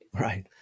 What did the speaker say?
right